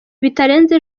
bitarenze